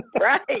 Right